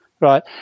right